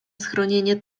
schronienie